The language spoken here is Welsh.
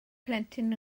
plentyn